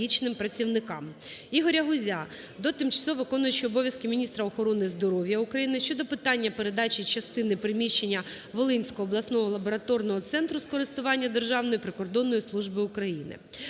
ІгоряГузя до тимчасово виконуючої обов'язки міністра охорони здоров'я України щодо питання передачі частини приміщення Волинського обласного лабораторного центру у користування Державній прикордонній службі України.